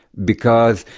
because,